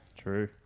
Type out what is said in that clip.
True